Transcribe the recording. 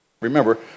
Remember